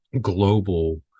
global